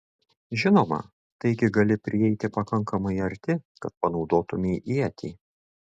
žinoma taigi gali prieiti pakankamai arti kad panaudotumei ietį